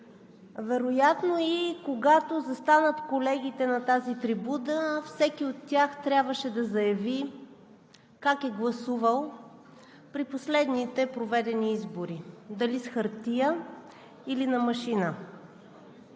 Вероятно, когато застанат колегите на тази трибуна, всеки от тях трябваше да заяви как е гласувал при последните проведени избори – дали с хартия или на машина.